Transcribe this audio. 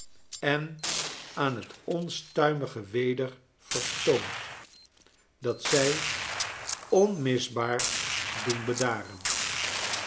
en aan het onstuimige weder vertoond dat zij onmisbaar doen bedaren